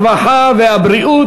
הרווחה והבריאות,